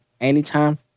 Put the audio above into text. anytime